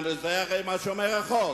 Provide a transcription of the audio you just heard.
הרי זה מה שאומר החוק.